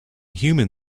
human